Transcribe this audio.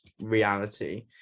reality